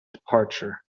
departure